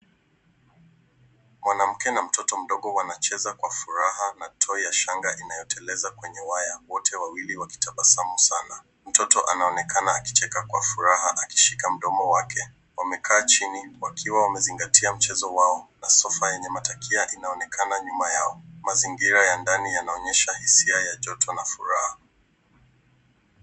Mwanamke na mtoto mdogo wanacheza kwa furaha na toy ya shanga inayoteleza kwenye waya ,wote wawili wakitabasamu sana. Mtoto anaonekana akicheka kwa furaha akishika mdomo wake. Wamekaa chini wakiwa wamezingatia mchezo wao na sofa yenye matakia inaonekana nyuma yao. Mazingira ya ndani yanaonyesha hisia ya joto na furaha.